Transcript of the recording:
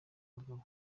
bagabo